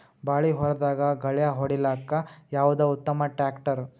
ಬಾಳಿ ಹೊಲದಾಗ ಗಳ್ಯಾ ಹೊಡಿಲಾಕ್ಕ ಯಾವದ ಉತ್ತಮ ಟ್ಯಾಕ್ಟರ್?